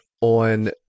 on